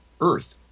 earth